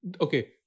Okay